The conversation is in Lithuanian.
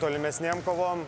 tolimesnėm kovom